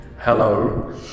Hello